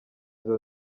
izi